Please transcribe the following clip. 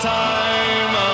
time